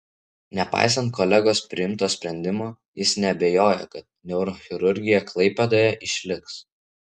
nepaisant kolegijos priimto sprendimo jis neabejoja kad neurochirurgija klaipėdoje išliks